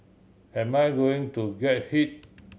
am I going to get hit